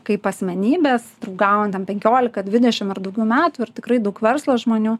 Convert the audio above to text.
kaip asmenybės draugaujam ten penkiolika dvidešim ar daugiau metų ir tikrai daug verslo žmonių